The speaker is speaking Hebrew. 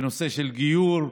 בנושא של גיור,